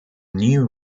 new